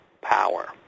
power